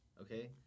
okay